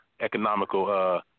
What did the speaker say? economical